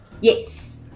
Yes